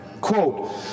quote